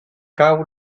cau